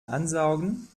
ansaugen